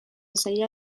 zaila